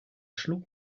schlug